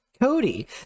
Cody